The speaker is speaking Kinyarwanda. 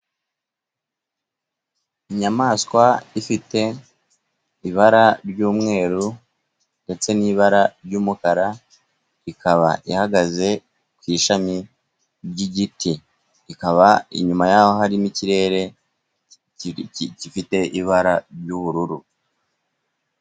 Inyamaswa ifite ibara ry'umweru ndetse n'ibara ry'umukara, ikaba ihagaze ku ishami ry'igiti, ikaba inyuma yaho harimo ikirere gifite ibara ry'ubururu.